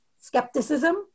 skepticism